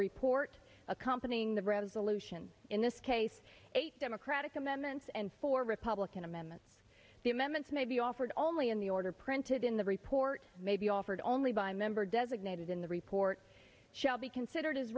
report accompany in the resolution in this case eight democratic amendments and four republican amendments the amendments may be offered only in the order printed in the report may be offered only by member designated in the report shall be considered as